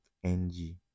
ng